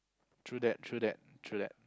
true that true that true that